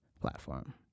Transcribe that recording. platform